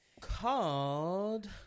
called